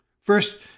First